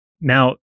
Now